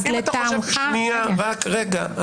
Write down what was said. אז לטעמך --- רק רגע.